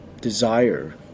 desire